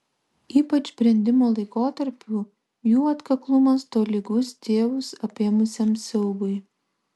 ypač brendimo laikotarpiu jų atkaklumas tolygus tėvus apėmusiam siaubui